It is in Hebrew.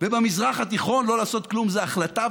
ובמזרח התיכון לא לעשות כלום זה החלטה,